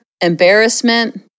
embarrassment